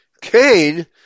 Cain